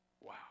Wow